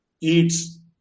eats